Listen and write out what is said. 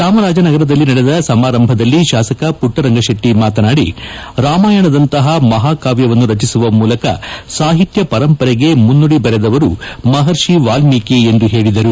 ಚಾಮರಾಜನಗರದಲ್ಲಿ ನಡೆದ ಸಮಾರಂಭದಲ್ಲಿ ಶಾಸಕ ಪುಟ್ನರಂಗ ಶೆಟ್ಟಿ ಮಾತನಾಡಿ ರಾಮಾಯಣದಂತಹ ಮಹಾಕಾವ್ಯವನ್ನು ರಚಿಸುವ ಮೂಲಕ ಸಾಹಿತ್ಯ ಪರಂಪರೆಗೆ ಮುನ್ನುಡಿ ಬರೆದವರು ಮಹರ್ಷಿ ವಾಲ್ನೀಕಿಯೆಂದು ಹೇಳದರು